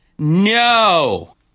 No